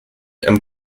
and